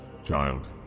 child